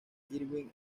irwin